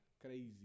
Crazy